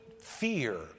fear